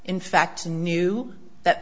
in fact and knew that